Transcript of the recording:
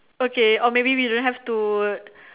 okay or maybe we don't have to